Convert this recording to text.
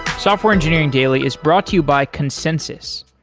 software engineering daily is brought to you by consensys.